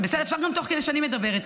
אפשר גם תוך כדי שאני מדברת,